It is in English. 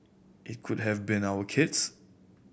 it could have been our kids